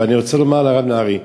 ואני רוצה לומר לרב נהרי,